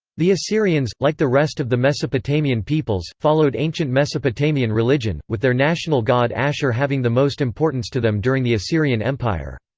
the assyrians, like the rest of the mesopotamian peoples, followed ancient mesopotamian religion, with their national god ashur having the most importance to them during the assyrian empire.